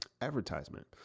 Advertisement